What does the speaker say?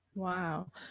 Wow